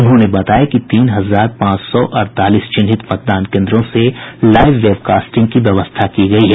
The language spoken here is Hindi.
उन्होंने बताया कि तीन हजार पांच सौ अड़तालीस चिन्हित मतदान केन्द्रों से लाईव वेबकास्टिंग की व्यवस्था की गयी है